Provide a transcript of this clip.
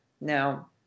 Now